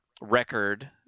record